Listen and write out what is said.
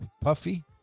Puffy